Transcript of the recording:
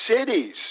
cities